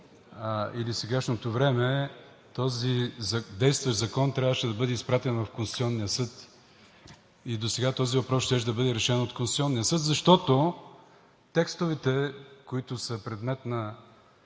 или сегашното време този действащ закон трябваше да бъде изпратен в Конституционния съд и досега този въпрос щеше да бъде решен от него, защото текстовете, които са предмет на